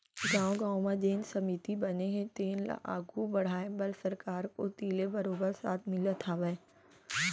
गाँव गाँव म जेन समिति बने हे तेन ल आघू बड़हाय बर सरकार कोती ले बरोबर साथ मिलत हावय